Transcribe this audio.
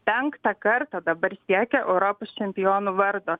penktą kartą dabar siekia europos čempionų vardo